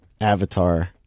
avatar